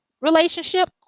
relationship